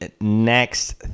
next